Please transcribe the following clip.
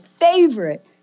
favorite